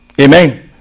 Amen